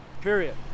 period